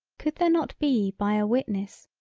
could there not be by a witness,